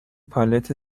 پالت